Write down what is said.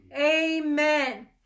amen